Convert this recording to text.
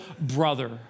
brother